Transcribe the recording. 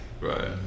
Right